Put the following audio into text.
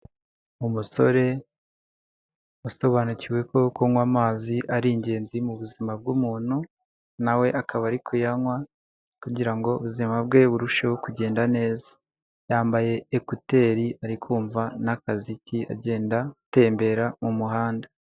Umusore wasobanukiwe ko kunywa amazi ari ingenzi mu buzima bw'umuntu, nawe akaba ari kuyanywa kugira ubuzima bwe burusheho kugenda neza. Yambaye ekuteri arikumva n'akaziki agenda atembera mu muhanda.